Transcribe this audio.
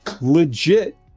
legit